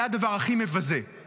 זה הדבר שהכי מבזה -- תודה רבה.